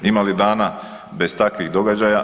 Ima li dana bez takvih događaja?